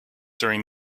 during